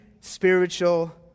spiritual